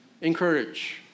encourage